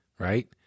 Right